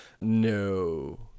no